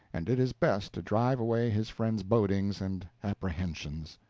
and did his best to drive away his friend's bodings and apprehensions.